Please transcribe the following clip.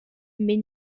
mais